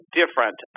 different